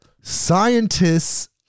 Scientists